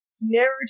narrative